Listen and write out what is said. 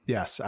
Yes